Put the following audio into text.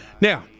Now